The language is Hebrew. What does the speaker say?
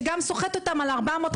שגם סוחט אותנו על 400,